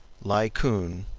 laocoon,